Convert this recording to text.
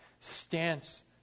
stance